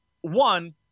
one